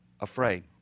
afraid